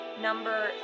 number